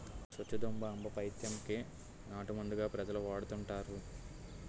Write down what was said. సొచ్చుదుంప ఆంబపైత్యం కి నాటుమందుగా ప్రజలు వాడుతుంటారు